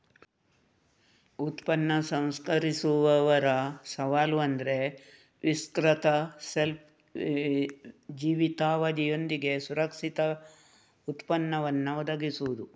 ಉತ್ಪನ್ನ ಸಂಸ್ಕರಿಸುವವರ ಸವಾಲು ಅಂದ್ರೆ ವಿಸ್ತೃತ ಶೆಲ್ಫ್ ಜೀವಿತಾವಧಿಯೊಂದಿಗೆ ಸುರಕ್ಷಿತ ಉತ್ಪನ್ನವನ್ನ ಒದಗಿಸುದು